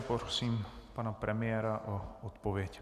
Prosím pana premiéra o odpověď.